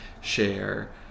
share